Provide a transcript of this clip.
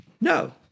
No